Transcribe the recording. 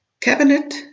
Cabinet